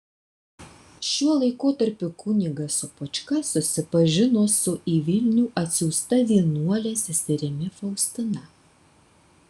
šiuo laikotarpiu kunigas sopočka susipažino su į vilnių atsiųsta vienuole seserimi faustina